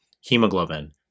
hemoglobin